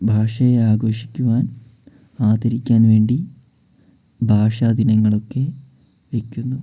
ഭാഷയെ ആഘോഷിക്കുവാൻ ആദരിക്കാൻ വേണ്ടി ഭാഷാ ദിനങ്ങളൊക്കെ വയ്ക്കുന്നു